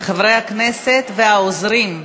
חברי הכנסת והעוזרים,